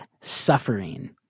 suffering